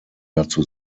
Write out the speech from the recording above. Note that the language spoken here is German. dazu